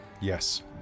Yes